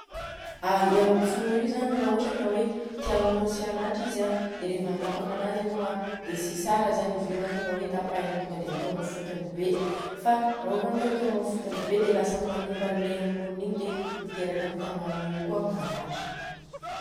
Ai i angofonô io zany raha ohatra ka tianô tsy haratra izy a dia reva manapaka ananjy anô a dia tsy tsara zany izy io raha ohatra ka tonga dia tapahina hatramin'ny fotony be. Fa raha ohatra ka hoe atônô am fotony be dia lasa manimba anle amin'ny morony igny dia miteraka aminy tagnanô igny kôa maratra.